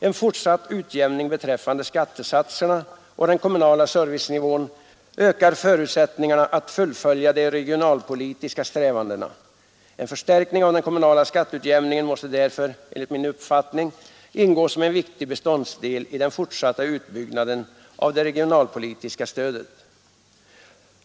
En fortsatt utjämning beträffande skattesatserna och den kommunala servicenivån ökar förutsättningarna att fullfölja de regionalpolitiska strävandena. En förstärkning av den kommunala skatteutjämningen måste därför enligt min uppfattning ingå som en viktig beståndsdel i den fortsatta utbyggnaden av det regionalpolitiska stödet.